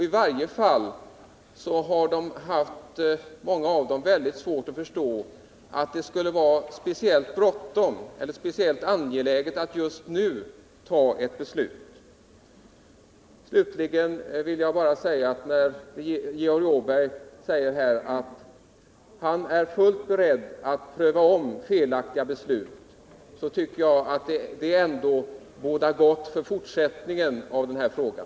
I varje fall har många av dem haft mycket svårt att förstå att det skulle vara särskilt bråttom eller särskilt angeläget att redan nu ta ett beslut. Slutligen vill jag bara säga att när Georg Åberg förklarar sig fullt beredd att pröva om felaktiga beslut, så tycker jag att det bådar gott för den här frågan i fortsättningen.